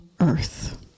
earth